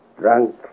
Drunk